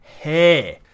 hair